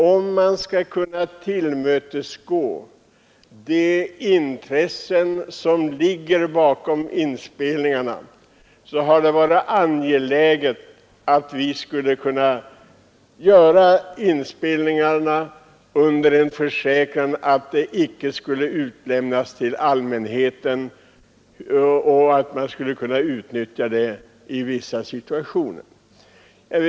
För att över huvud taget kunna göra sådana inspelningar är det angeläget att man kan ge de medverkande försäkran att materialet inte skall utlämnas till allmänheten och inte utnyttjas i olika situationer annat än under ansvarsfull kontroll.